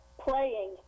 playing